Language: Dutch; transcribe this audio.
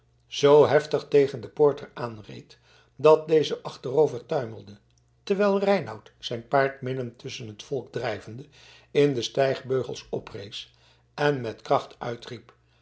zoo heftig tegen den poorter aanreed dat deze achterovertuimelde terwijl reinout zijn paard midden tusschen het volk drijvende in de stijgbeugels oprees en met kracht uitriep